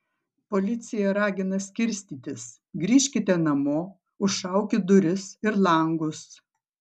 policija ragina skirstytis grįžkite namo užšaukit duris ir langus